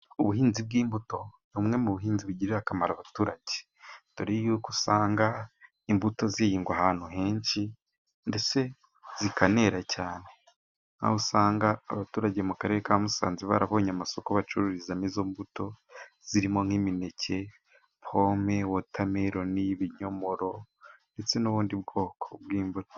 Ubuhinzi bw'imbuto, ni bumwe mu buhinzi bugirira akamaro abaturage, dore yuko usanga imbuto zihingwa ahantu henshi ndetse zikanera cyane, aho usanga abaturage bo mu Karere ka Musanze, barabonye amasoko bacururizamo imbuto zirimo nk'imineke, pome, watameroni, ibinyomoro ndetse n'ubundi bwoko bw'imbuto.